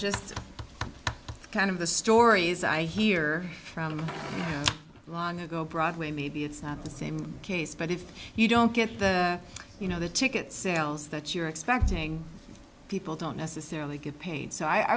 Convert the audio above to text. just kind of the stories i hear from long ago broadway maybe it's not the same case but if you don't get the you know the ticket sales that you're expecting people don't necessarily get paid so i